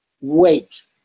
wait